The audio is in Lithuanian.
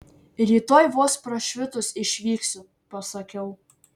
rytoj vos prašvitus išvyksiu pasakiau